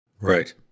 Right